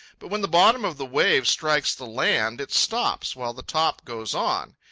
but when the bottom of the wave strikes the land, it stops, while the top goes on.